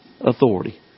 authority